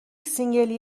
سینگلی